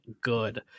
good